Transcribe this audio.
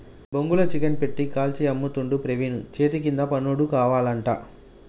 బొంగుల చికెన్ పెట్టి కాల్చి అమ్ముతుండు ప్రవీణు చేతికింద పనోడు కావాలట